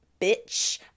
bitch